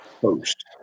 post